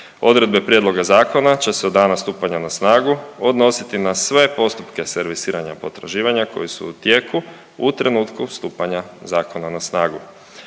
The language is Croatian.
Odredbe prijedloga zakona će se od dana stupanja na snagu odnositi na sve postupke servisiranja potraživanja koji su u tijeku u trenutku stupanja zakona na snagu.